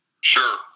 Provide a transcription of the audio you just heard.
Sure